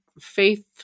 Faith